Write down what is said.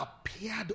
appeared